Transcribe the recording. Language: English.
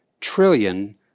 trillion